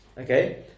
okay